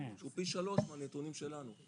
שהוא פי שלוש מהנתונים שלנו,